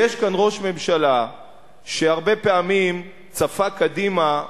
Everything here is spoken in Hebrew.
כשיש כאן ראש ממשלה שהרבה פעמים צפה קדימה,